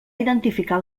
identificar